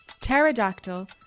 Pterodactyl